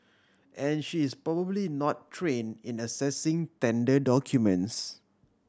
and she is probably not train in assessing tender documents